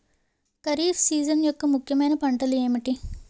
Kharif season యెక్క ముఖ్యమైన పంటలు ఏమిటీ?